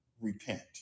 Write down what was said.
repent